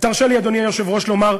תרשה לי, אדוני היושב-ראש, לומר,